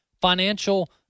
financial